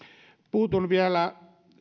puutun vielä